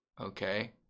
okay